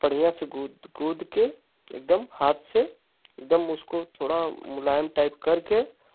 बढ़िया से गूँध गूँध कर एक दम हाथ से एक दम उसको थोड़ा मुलायम टाइप करके